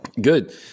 Good